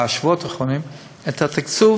בשבועות האחרונים, בודקים את התקצוב